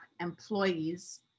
employees